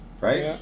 Right